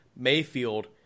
Mayfield